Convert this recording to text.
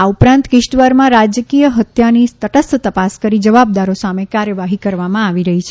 આ ઉપરાંત કિશ્તવરમાં રાજકીય હત્યાની તટસ્થ તપાસ કરી જવાબદારો સામે કાર્યવાહી કરવામાં આવી છે